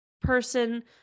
person